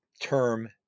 term